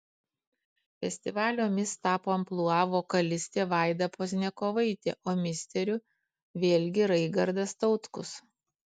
festivalio mis tapo amplua vokalistė vaida pozniakovaitė o misteriu vėlgi raigardas tautkus